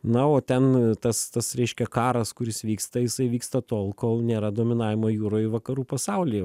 na o ten tas tas reiškia karas kuris vyksta tai jisai vyksta tol kol nėra dominavimo jūroj ir vakarų pasaulyje